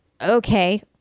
Okay